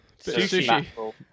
sushi